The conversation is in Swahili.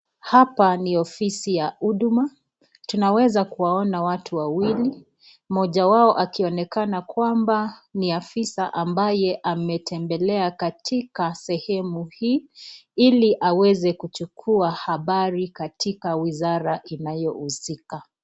Hapa ni ofisi ya huduma, tunaweza kuwaona watu wawili mmoja wao akionekana kwamba ni afisa ambaye ametembelea katika sehemu hii ili aweze kuchukua habari katika wizara inayohusika.